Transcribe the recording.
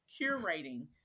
curating